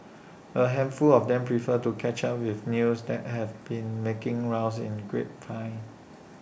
A handful of them prefer to catch up with news that have been making rounds in grapevine